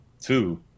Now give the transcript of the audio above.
two